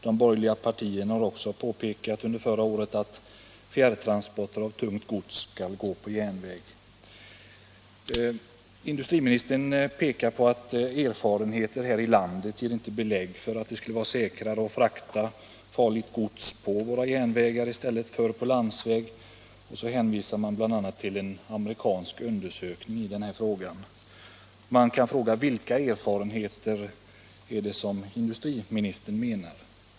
De borgerliga partierna har också — vid transport av under förra året påpekat att fjärrtransporter av tungt gods skall gå på = giftigt gods järnväg. Industriministern säger att erfarenheterna här i landet inte ger belägg för att det skulle vara säkrare att frakta farligt gods på järnväg än på landsväg. Han hänvisar bl.a. till en amerikansk undersökning i denna fråga. Man kan fråga: Vilka erfarenheter är det som industriministern menar?